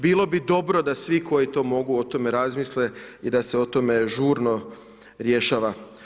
Bilo bi dobro da svi koji to mogu o tome razmisle i da se o tome žurno rješava.